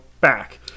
back